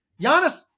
Giannis